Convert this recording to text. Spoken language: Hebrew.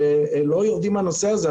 שהם לא יורדים מהנושא הזה.